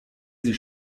sie